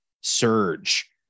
surge